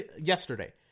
yesterday